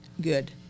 good